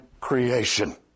creation